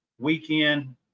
weekend